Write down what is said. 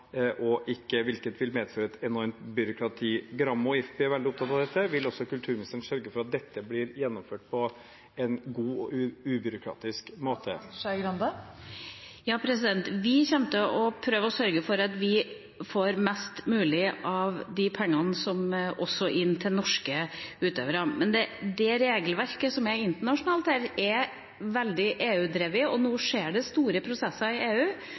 og ikke – hvilket vil medføre et enormt byråkrati. Gramo og IFPI er veldig opptatt av dette. Vil også kulturministeren sørge for at dette blir gjennomført på en god og ubyråkratisk måte? Vi kommer til å prøve å sørge for at vi får mest mulig av de pengene også inn til norske utøvere, men det internasjonale regelverket er veldig EU-drevet. Nå skjer det store prosesser i EU,